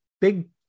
big